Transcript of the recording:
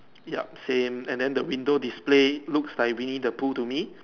ya same and then the window display looks like Winnie the Pooh to me